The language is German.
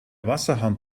wasserhahn